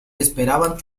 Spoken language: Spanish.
esperaban